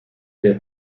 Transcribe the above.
der